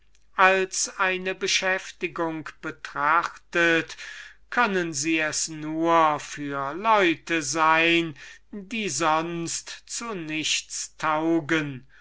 als eine beschäftigung betrachtet können sie es nur für leute sein die sonst zu nichts taugen